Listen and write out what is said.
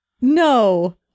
no